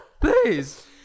please